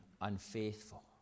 unfaithful